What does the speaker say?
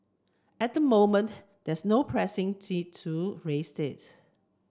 at the moment there's no pressing to raise it